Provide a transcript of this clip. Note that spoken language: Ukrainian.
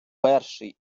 перший